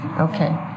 Okay